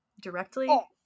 directly